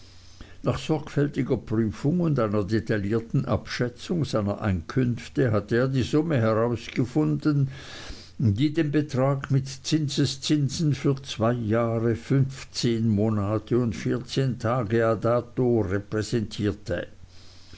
nach sorgfältiger prüfung und einer detaillierten abschätzung seiner einkünfte hatte er die summe herausgefunden die den betrag mit zinseszinsen für zwei jahre fünfzehn monate und vierzehn tage dato repräsentierte